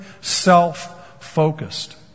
self-focused